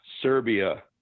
Serbia